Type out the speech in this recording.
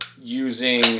using